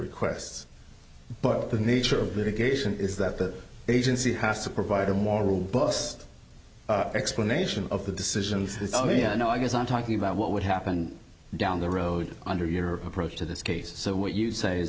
requests but the nature of the occasion is that the agency has to provide a more robust explanation of the decisions is i mean i know i guess i'm talking about what would happen down the road under your approach to this case so what you say is